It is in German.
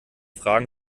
fragen